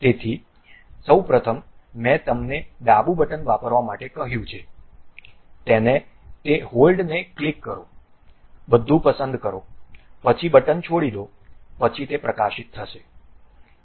તેથી સૌ પ્રથમ મેં તમને ડાબું બટન વાપરવા માટે કહ્યું છે તે હોલ્ડને ક્લિક કરો બધું પસંદ કરો પછી બટન છોડી દો પછી તે પ્રકાશિત થશે